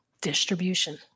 distribution